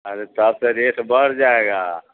ارے تب سے ریٹ برھ جائے گا